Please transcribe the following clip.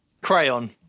Crayon